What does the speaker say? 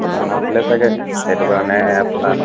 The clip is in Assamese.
পিন্ধা নাছিলে চাগৈ সেইটো কাৰণে আপোনাৰ